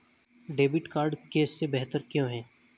Debit card cash से बेहतर क्यों है?